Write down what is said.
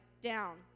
down